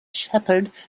shepherd